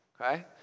Okay